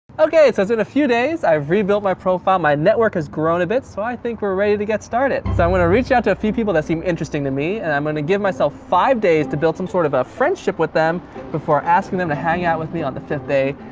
okay, so it's been a few days. i've rebuilt my profile. my network has grown a bit, so i think we're ready to get started. so i'm gonna reach out to a few people that seem interesting to me, and i'm gonna give myself five days to build some sort of a friendship with them before asking them to hang out with me on the fifth day.